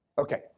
Okay